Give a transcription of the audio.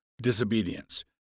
disobedience